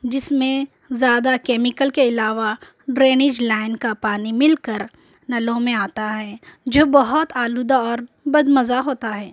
جس میں زیادہ کیمکل کے علاوہ ڈرینج لائن کا پانی مل کر نلوں میں آتا ہے جو بہت آلودہ اور بد مزہ ہوتا ہے